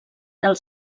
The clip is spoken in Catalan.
del